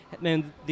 Man